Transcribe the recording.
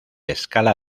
escala